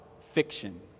fiction